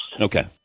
Okay